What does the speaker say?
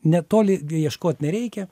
ne toli ieškot nereikia